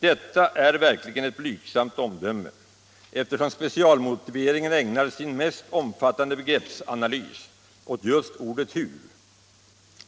Detta är verkligen ett blygsamt omuöme eftersom specialmotiveringen ägnar sin mest omfattande begreppsanalys åt just ordet ”hur”.